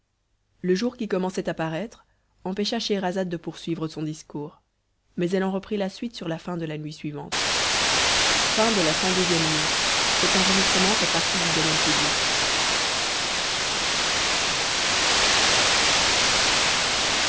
le jour qui commençait à paraître empêcha scheherazade de poursuivre son discours mais elle en reprit la suite sur la fin de la nuit suivante ciii nuit